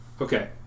okay